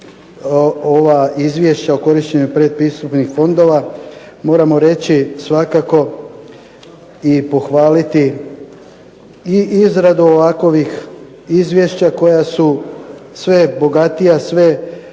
ova izvješća o korištenju predpristupnih fondova, moramo reći svakako i pohvaliti i izradu ovakovih izvješća koja su sve bogatija, sve